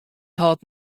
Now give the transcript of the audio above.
hâldt